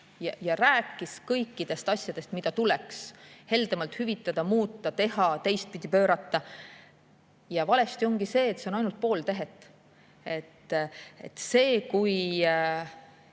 ja rääkis kõikidest asjadest, mida tuleks heldemalt hüvitada, muuta, teha, teistpidi pöörata. Valesti ongi see, et see on ainult pool tehet. Kui